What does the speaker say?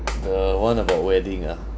the one about wedding ah